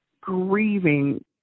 grieving